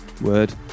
Word